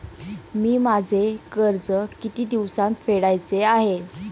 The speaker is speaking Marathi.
मी माझे कर्ज किती दिवसांत फेडायचे आहे?